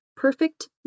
Perfect